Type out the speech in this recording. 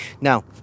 Now